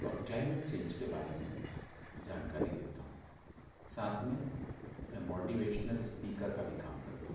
और climate change के बारे में जानकारी देता हूँ साथ में मोटिवेशनल स्पीकर का भी काम करता हूँ